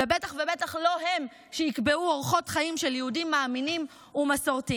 ובטח ובטח לא הם יקבעו אורחות חיים של יהודים מאמינים ומסורתיים.